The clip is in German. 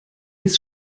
ist